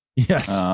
yes.